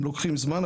הם לוקחים זמן,